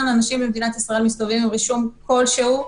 אנשים במדינת ישראל מסתובבים עם רישום כלשהו.